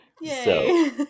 Yay